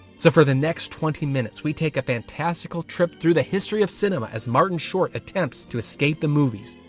so for the next twenty minutes we take a fantastical trip through the history of cinema as martin short attempts to escape the movies,